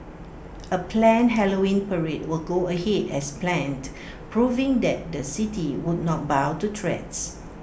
A planned Halloween parade will go ahead as planned proving that the city would not bow to threats